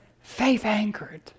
faith-anchored